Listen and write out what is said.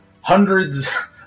hundreds